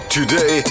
Today